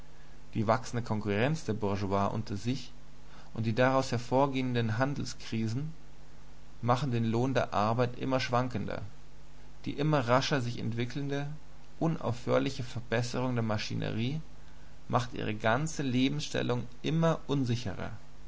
die wachsende konkurrenz der bourgeois unter sich und die daraus hervorgehenden handelskrisen machen den lohn der arbeiter immer schwankender die immer rascher sich entwickelnde unaufhörliche verbesserung der maschinerie macht ihre ganze lebensstellung immer unsicherer